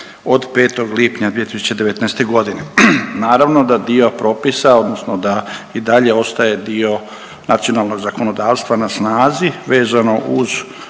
od 5. lipnja 2019.g.. Naravno da dio propisa odnosno da i dalje ostaje dio nacionalnog zakonodavstva na snazi vezano uz